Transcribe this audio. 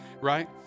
right